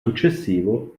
successivo